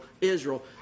Israel